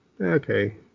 okay